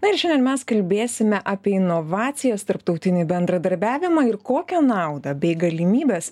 na ir šiandien mes kalbėsime apie inovacijas tarptautinį bendradarbiavimą ir kokią naudą bei galimybes